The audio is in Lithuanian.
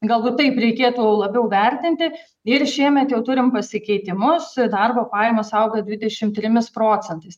galbūt taip reikėtų labiau vertinti ir šiemet jau turim pasikeitimus darbo pajamos auga dvidešim trimis procentais